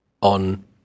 on